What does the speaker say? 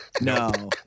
No